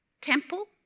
temple